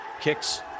kicks